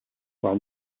will